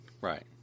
right